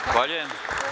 Zahvaljujem.